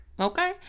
okay